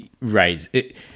Right